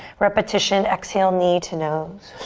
repetition, exhale, knee to nose.